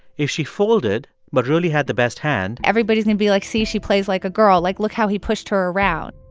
if she folded but really had the best hand. everybody's going be like, see, she plays like a girl. like, look how he pushed her around.